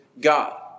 God